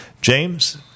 James